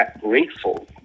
grateful